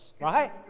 right